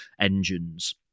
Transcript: engines